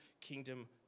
kingdom